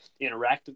interactive